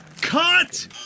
Cut